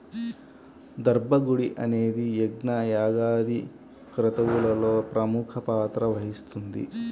దర్భ గడ్డి అనేది యజ్ఞ, యాగాది క్రతువులలో ప్రముఖ పాత్ర వహిస్తుంది